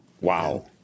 Wow